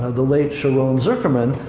the late sharon zuckerman,